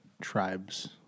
tribes